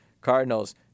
Cardinals